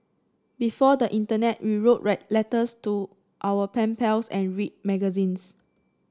before the internet we wrote write letters to our pen pals and read magazines